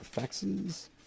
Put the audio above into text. faxes